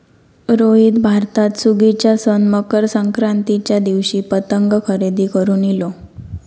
रोहित भारतात सुगीच्या सण मकर संक्रांतीच्या दिवशी पतंग खरेदी करून इलो